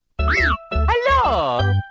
Hello